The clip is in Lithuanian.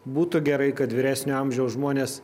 būtų gerai kad vyresnio amžiaus žmonės